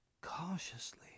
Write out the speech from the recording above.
cautiously